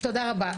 תודה רבה.